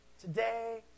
today